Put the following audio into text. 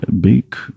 big